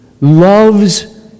loves